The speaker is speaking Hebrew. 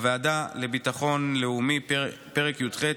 הוועדה לביטחון לאומי: פרק י"ח,